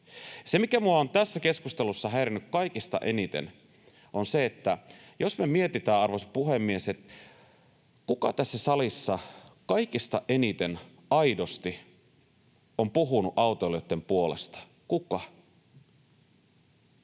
Minua on tässä keskustelussa häirinnyt kaikista eniten se, että jos me mietitään, arvoisa puhemies, kuka tässä salissa kaikista eniten aidosti on puhunut autoilijoitten puolesta, se